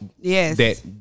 yes